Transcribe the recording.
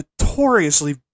notoriously